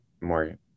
more